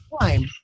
time